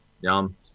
Yum